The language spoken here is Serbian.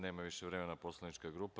Nema više vremena poslanička grupa.